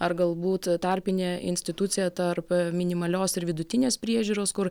ar galbūt tarpinė institucija tarp minimalios ir vidutinės priežiūros kur